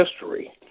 history